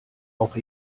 auch